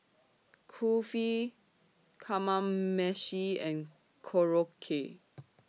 Kulfi Kamameshi and Korokke